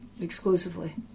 exclusively